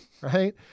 right